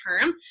term